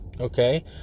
okay